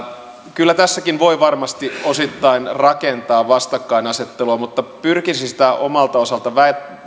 kyllä tässäkin voi varmasti osittain rakentaa vastakkainasettelua mutta pyrkisin sitä omalta osaltani